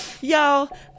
Y'all